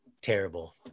terrible